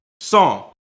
song